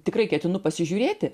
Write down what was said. tikrai ketinu pasižiūrėti